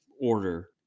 order